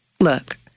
Look